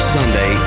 Sunday